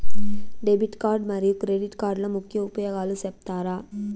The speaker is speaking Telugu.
డెబిట్ కార్డు మరియు క్రెడిట్ కార్డుల ముఖ్య ఉపయోగాలు సెప్తారా?